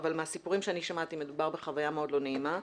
אבל מהסיפורים שאני שמעתי מדובר בחוויה מאוד לא נעימה,